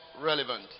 relevant